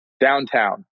downtown